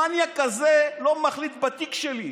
המניאק הזה לא מחליט בתיק שלי.